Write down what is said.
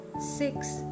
six